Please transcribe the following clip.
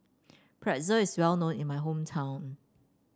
pretzel is well known in my hometown